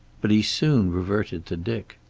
but he soon reverted to dick.